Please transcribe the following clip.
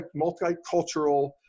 multicultural